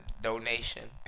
donation